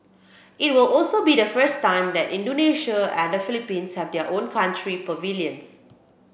it will also be the first time that Indonesia and the Philippines have their own country pavilions